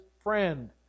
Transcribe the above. friend